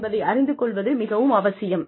என்பதை அறிந்து கொள்வது மிகவும் அவசியம்